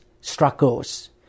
struggles